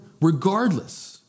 regardless